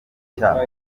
cya